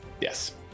Yes